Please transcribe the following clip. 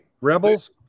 Rebels